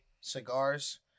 cigars